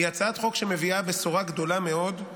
זו הצעת חוק שמביאה בשורה גדולה מאוד.